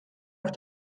auf